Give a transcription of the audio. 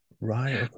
Right